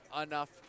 enough